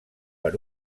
per